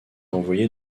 envoyé